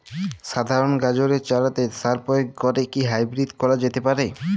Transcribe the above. সাধারণ গাজরের চারাতে সার প্রয়োগ করে কি হাইব্রীড করা যেতে পারে?